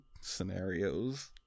scenarios